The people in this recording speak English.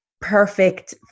perfect